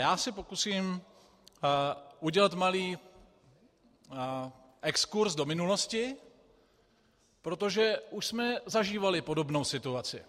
Já se pokusím udělat malý exkurs do minulosti, protože už jsme zažívali podobnou situaci.